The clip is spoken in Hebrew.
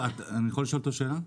אני יכול לשאול אותו שאלה?